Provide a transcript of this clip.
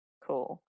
Cool